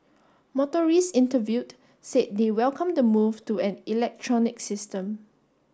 motorists interviewed said they welcome the move to an electronic system